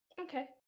okay